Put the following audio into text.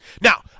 Now